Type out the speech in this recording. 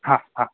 हा हा